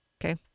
Okay